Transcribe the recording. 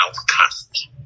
outcast